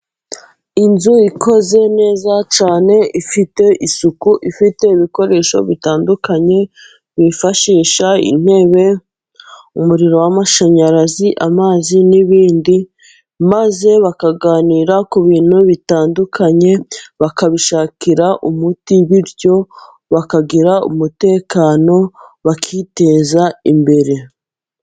Inzu ikoze neza cyane, ifite isuku ifite ibikoresho bitandukanye, bifashisha intebe, umuriro w'amashanyarazi, amazi n'ibindi, maze bakaganira ku bintu bitandukanye, bakabishakira umuti bityo bakagira, umutekano bakiteza imbere.